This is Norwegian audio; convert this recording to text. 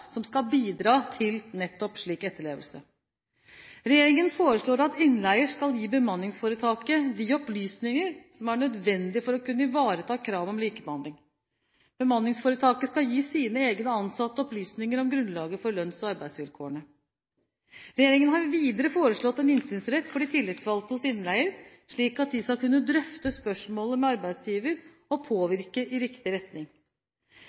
som skal bidra til nettopp slik etterlevelse. Regjeringen foreslår at innleier skal gi bemanningsforetaket de opplysninger som er nødvendige for å kunne ivareta kravet om likebehandling. Bemanningsforetaket skal gi sine egne ansatte opplysninger om grunnlaget for lønns- og arbeidsvilkårene. Regjeringen har videre foreslått en innsynsrett for de tillitsvalgte hos innleier, slik at de skal kunne drøfte spørsmålet med arbeidsgiver og påvirke i riktig retning.